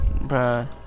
Bro